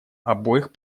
обоих